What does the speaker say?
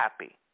happy